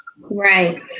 right